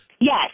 yes